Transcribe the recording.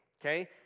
okay